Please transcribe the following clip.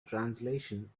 translation